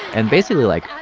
and basically, like,